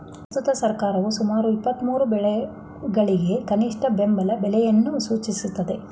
ಪ್ರಸ್ತುತ ಸರ್ಕಾರವು ಸುಮಾರು ಇಪ್ಪತ್ಮೂರು ಬೆಳೆಗಳಿಗೆ ಕನಿಷ್ಠ ಬೆಂಬಲ ಬೆಲೆಯನ್ನು ಸೂಚಿಸಿದೆ